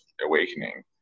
awakening